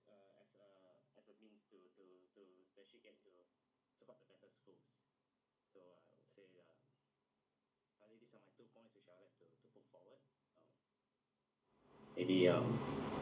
maybe ya